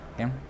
Okay